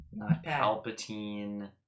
Palpatine